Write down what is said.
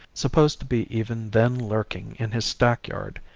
supposed to be even then lurking in his stackyard.